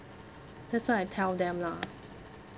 that's why I tell them lah